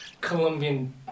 Colombian